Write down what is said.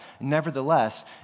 Nevertheless